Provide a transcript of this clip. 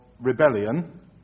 rebellion